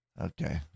Okay